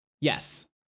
yes